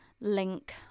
link